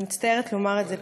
אני מצטערת לומר את זה.